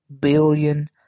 billion